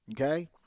Okay